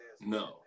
No